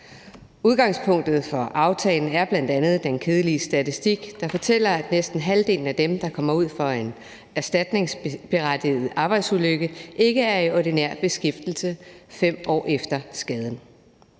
Udgangspunktet for aftalen er bl.a. den kedelige statistik, der fortæller, at næsten halvdelen af dem, der kommer ud for en erstatningsberettiget arbejdsulykke, ikke er i ordinær beskæftigelse 5 år efter skaden.